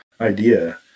idea